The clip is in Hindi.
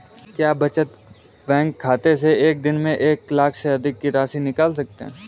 क्या बचत बैंक खाते से एक दिन में एक लाख से अधिक की राशि निकाल सकते हैं?